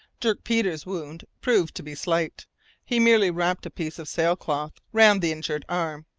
dirk peters' wound proved to be slight he merely wrapped a piece of sailcloth round the injured arm,